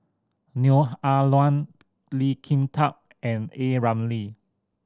Neo Ah Luan Lee Kin Tat and A Ramli